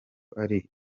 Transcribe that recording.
ari